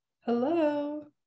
hello